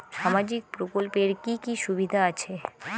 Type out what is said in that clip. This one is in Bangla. সামাজিক প্রকল্পের কি কি সুবিধা আছে?